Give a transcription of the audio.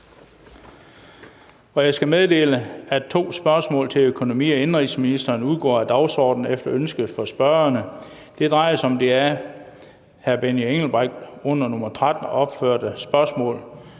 Jeg skal meddele, at to spørgsmål til økonomi- og indenrigsministeren udgår af dagsordenen efter ønske fra spørgerne. Det drejer sig om det af Benny Engelbrecht under nr. 13 opførte spørgsmål